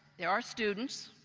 there are students,